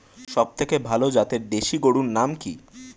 সবথেকে ভালো জাতের দেশি গরুর নাম কি?